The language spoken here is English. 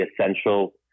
essential